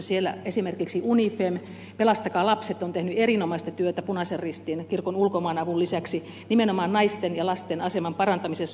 siellä esimerkiksi unifem ja pelastakaa lapset ovat tehneet erinomaista työtä punaisen ristin ja kirkon ulkomaanavun lisäksi nimenomaan naisten ja lasten aseman parantamisessa